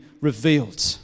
revealed